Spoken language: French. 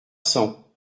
cents